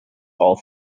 all